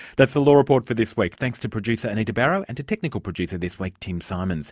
that's the law report for this week. thanks to producer anita barraud and to technical producer this week, tim symonds